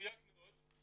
מדויק מאוד.